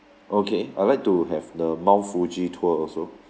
okay I'll like to have the mount fuji tour also